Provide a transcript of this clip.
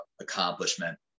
accomplishment